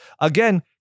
again